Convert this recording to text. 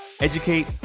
educate